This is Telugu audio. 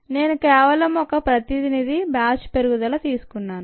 నేను కేవలం ఒక ప్రతినిధి బ్యాచ్ పెరుగుదల తీసుకున్నాను